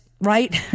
right